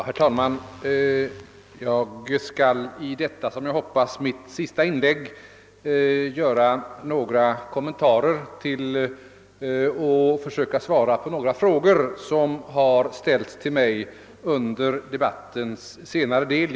Herr talman! Jag skall i detta som jag hoppas sista inlägg göra några kommentarer till och försöka svara på några frågor som har ställts till mig under senare delen av denna debatt.